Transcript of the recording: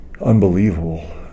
unbelievable